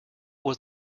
was